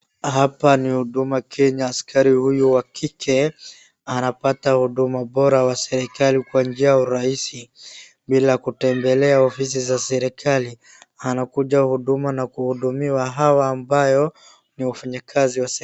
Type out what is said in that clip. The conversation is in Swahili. Hapa ni huduma Kenya. Askari huyu wa kike anapata huduma bora ya serikali kwa urahisi bila kutembelea ofisi za serikali. Anakuja huduma na kuhudumiwa hawa ambayo ni wafanyikazi wa serikali.